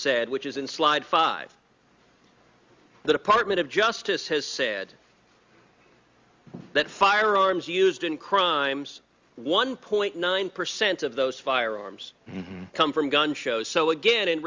said which is in slide five the department of justice has said that firearms used in crimes one point nine percent of those firearms come from gun shows so again in